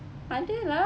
ada lah